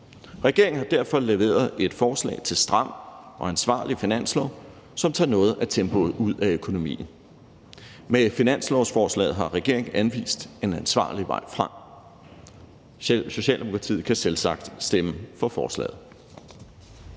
Regeringen har derfor leveret et forslag til en stram og ansvarlig finanslov, som tager noget af tempoet ud af økonomien. Med finanslovsforslaget har regeringen anvist en ansvarlig vej frem. Socialdemokratiet kan selvsagt stemme for forslaget.